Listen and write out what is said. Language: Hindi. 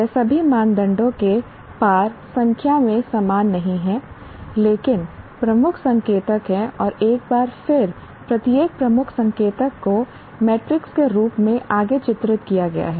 वे सभी मानदंडों के पार संख्या में समान नहीं हैं लेकिन प्रमुख संकेतक हैं और एक बार फिर प्रत्येक प्रमुख संकेतक को मैट्रिक्स के रूप में आगे चित्रित किया गया है